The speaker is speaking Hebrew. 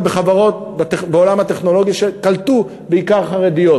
בחברות בעולם הטכנולוגיה שקלטו בעיקר חרדיות.